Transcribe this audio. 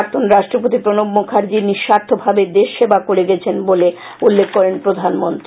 প্রাক্তন রাষ্ট্রপতি প্রণব মুখার্জি নিস্বার্থভাবে দেশ সেবা করে গেছেন বলে উল্লেখ করেন প্রধানমন্ত্রী